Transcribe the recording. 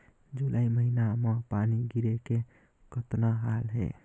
जुलाई महीना म पानी गिरे के कतना हाल हे?